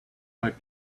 might